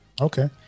Okay